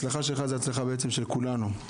הצלחתך היא הצלחה של כולנו.